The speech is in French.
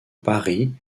paris